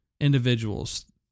individuals